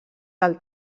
del